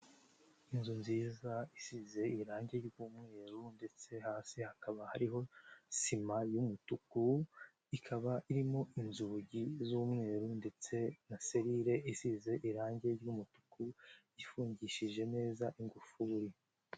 Inzu nziza isize irangi ry'umweru ndetse hasi hakaba hariho sima y'umutuku, ikaba irimo inzugi z'umweru ndetse na serire isize irangi ry'umutuku ifungishije neza ingufuri.